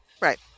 Right